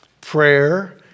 prayer